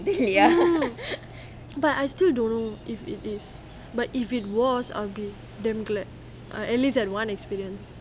mm but I still don't know if it is but if it was I will be damn glad I at least have one experience